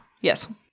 Yes